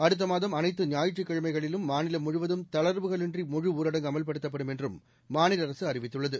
அடுத்த மாதம் அனைத்து ஞாயிற்றுக்கிழமைகளிலும் மாநிலம் முழுவதும் தளர்வுகளின்றி முழுஊரடங்கு அமவ்படுத்தப்படும் என்றும் மாநில அரசு அறிவித்துள்ளது